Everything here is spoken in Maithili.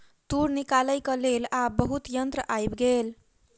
तूर निकालैक लेल आब बहुत यंत्र आइब गेल